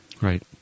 Right